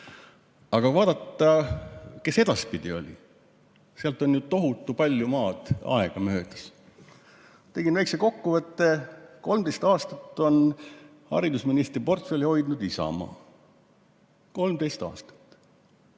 kui vaadata, kes edaspidi oli, sellest on tohutu palju aega möödas. Tegin väikese kokkuvõtte, 13 aastat on haridusministri portfelli hoidnud Isamaa. 13 aastat!